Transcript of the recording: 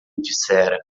dissera